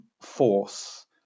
force